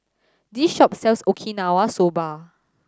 this shop sells Okinawa Soba